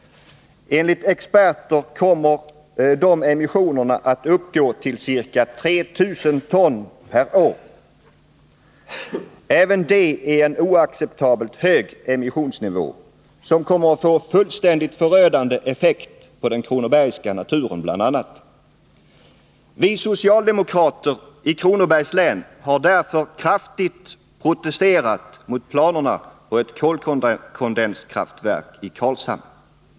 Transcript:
Enligt experter kommer dessa att uppgå till ca 3 000 ton/år. Även detta är en oacceptabelt hög immissionsnivå, som kommer att få en fullständigt förödande effekt på bl.a. den kronobergska naturen. Vi socialdemokrater i Kronobergs län har därför kraftigt protesterat mot planerna på ett kolkondenskraftverk i Karlshamn.